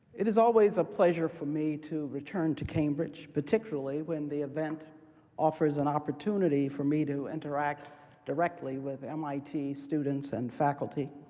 it is always a pleasure for me to return to cambridge, particularly when the event offers an opportunity for me to interact directly with mit students and faculty,